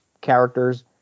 characters